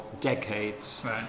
decades